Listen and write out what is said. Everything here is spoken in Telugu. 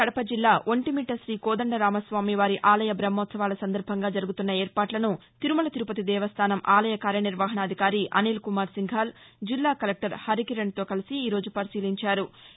కదప జిల్లా ఒంటిమిట్ల తీ కోదండరామస్వామివారి ఆలయ బహ్మోత్సవాల సందర్బంగా జరుగుతున్న ఏర్పాట్లను తిరుమల తిరుపతి దేవస్థానం ఆలయ కార్యనిర్వహణాధికారి అనిల్కుమార్ సింఘాల్ జిల్లా కలెక్టర్ హరికిరణ్ తో కలిసి ఈ రోజు పరిశీలించారు